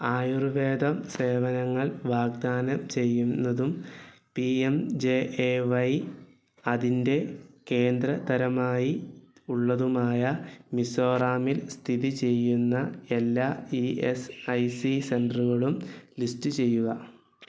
ആയുർവേദം സേവനങ്ങൾ വാഗ്ദാനം ചെയ്യുന്നതും P M J A Y അതിൻ്റെ കേന്ദ്ര തരമായി ഉള്ളതുമായ മിസോറാമിൽ സ്ഥിതി ചെയ്യുന്ന എല്ലാ ഇ എസ് ഐ സി സെൻ്ററുകളും ലിസ്റ്റ് ചെയ്യുക